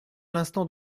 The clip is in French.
l’instant